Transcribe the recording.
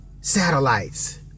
Satellites